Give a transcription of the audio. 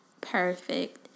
perfect